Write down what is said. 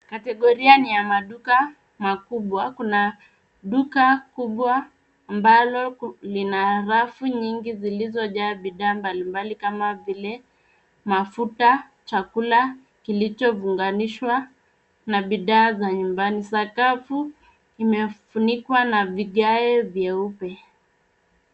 Kategoria ni ya maduka makubwa. Kuna duka kubwa ambalo lina rafu nyingi zilizojaa bidhaa mbali mbali kama vile: mafuta, chakula kilichofunganishwa na bidhaa za nyumbani. Sakafu imefunikwa na vigae vyeupe.